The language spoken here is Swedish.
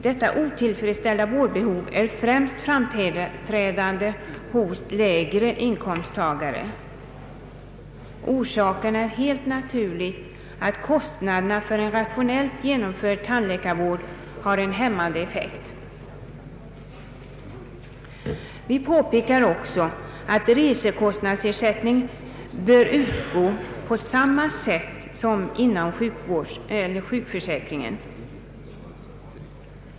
Detta otillfredsställda vårdbehov är främst framträdande hos lägre inkomsttagare. Orsaken är helt naturligt att kostnaderna för en rationellt genomförd tandläkarvård har en hämmande effekt.” Vi påpekar också att resekostnadsersättning bör utgå på samma sätt som inom sjukförsäkringen.